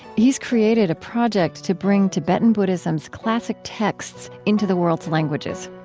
he's created a project to bring tibetan buddhism's classic texts into the world's languages.